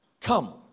Come